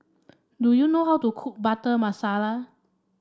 do you know how to cook Butter Masala